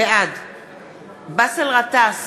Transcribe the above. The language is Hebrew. בעד באסל גטאס,